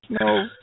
no